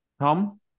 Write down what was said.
Tom